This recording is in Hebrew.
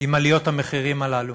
עם עליות המחירים הללו.